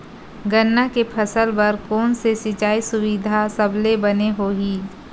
गन्ना के फसल बर कोन से सिचाई सुविधा सबले बने होही?